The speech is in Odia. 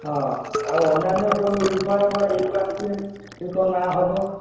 ହଁ ଆଉ ଅନ୍ୟାନ୍ୟ ସବୁ ଆସିଲେ କଣ ନାଁ ହେବ